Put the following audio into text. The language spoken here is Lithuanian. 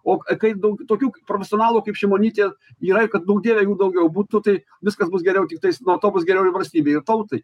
o kai daug tokių profesionalų kaip šimonytė yra ir kad duok dieve jų daugiau būtų tai viskas bus geriau tiktais nuo to bus geriau ir valstybei ir tautai